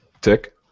Tick